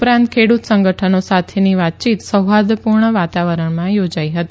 ઉપરાંત ખેડૂતો સંગઠનો સાથેની વાતચીત સૌહાર્દપૂર્ણ વાતાવરણમાં યોજાઈ હતી